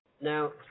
Now